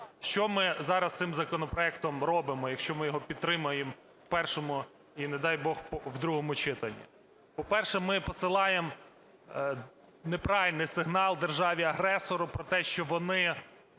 Що ми зараз цим законопроектом робимо, якщо ми його підтримаємо в першому і, не дай Бог, в другому читанні? По-перше, ми посилаємо неправильний сигнал державі-агресору про те, що вони